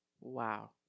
Wow